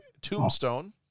Tombstone